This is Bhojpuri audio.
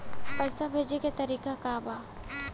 पैसा भेजे के तरीका का बा?